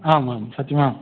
आमां सत्यम्